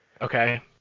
Okay